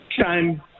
Time